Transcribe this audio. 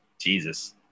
Jesus